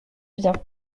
bien